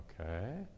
okay